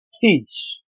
peace